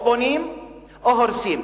או בונים או הורסים.